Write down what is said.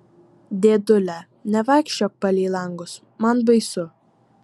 dėdule nevaikščiok palei langus man baisu